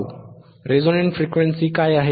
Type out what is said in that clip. resonant frequency काय आहे